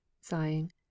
sighing